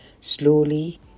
slowly